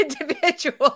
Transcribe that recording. individual